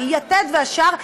יתד והשאר,